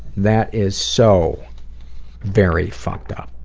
that is so very fucked up.